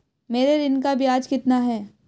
मेरे ऋण का ब्याज कितना है?